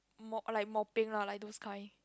mo~ like mopping lah like those kind